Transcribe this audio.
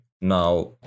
Now